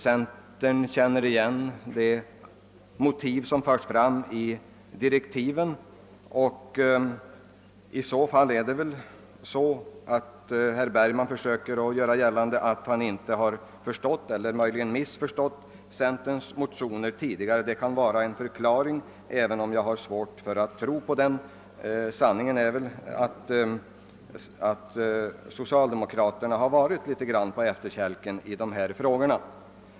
Centern känner igen de motiv som framförs i direktiven. I så fall försöker väl herr Bergman göra gällande att han inte har förstått eller att han missförstått centerns motioner tidigare, och det kan vara en förklaring även om jag har svårt att tro på den. Sanningen är väl att socialdemokraterna varit litet på efterkälken i dessa frågor.